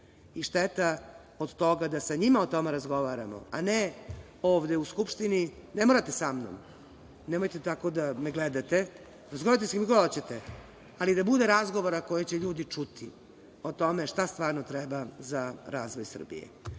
Šteta od toga da sa njima o tome razgovaramo, a ne ovde u Skupštini, ne morate sa mnom, nemojte tako da me gledate, razgovarajte sa kim god hoćete, ali da bude razgovora koje će ljudi čuti o tome šta stvarno treba za razvoj Srbije.Za